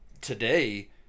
today